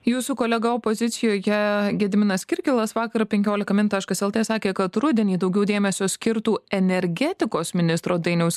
jūsų kolega opozicijoje gediminas kirkilas vakar penkiolika min taškas lt sakė kad rudenį daugiau dėmesio skirtų energetikos ministro dainiaus